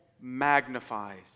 magnifies